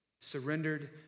surrendered